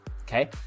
okay